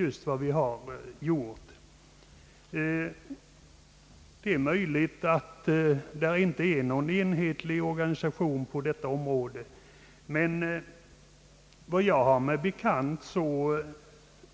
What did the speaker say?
Det är möjligt att det inte är någon enhetlig organisation på detta område, men enligt vad jag har mig bekant ligger